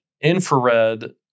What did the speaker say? infrared